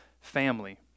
Family